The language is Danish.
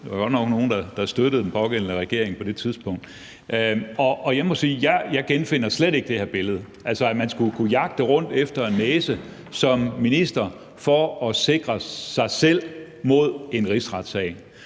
– godt nok nogle, der støttede den pågældende regering på det tidspunkt. Jeg må sige, at jeg slet ikke genkender det her billede af, at man skulle kunne jagte rundt efter næse som minister for at sikre sig selv mod en rigsretssag.